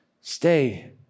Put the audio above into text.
Stay